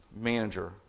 manager